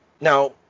Now